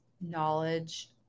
knowledge